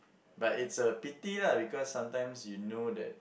but it's a pity lah because sometimes you know that